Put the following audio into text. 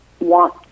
want